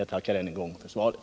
Jag tackar än en gång för svaret.